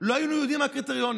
לא היינו יודעים מה הקריטריונים,